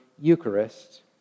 Eucharist